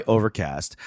Overcast